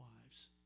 wives